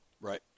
Right